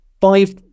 Five